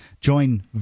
Join